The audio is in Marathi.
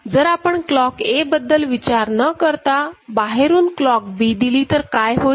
जर आपण क्लॉक A बद्दल विचार न करता बाहेरून क्लॉक B दिली तर काय होईल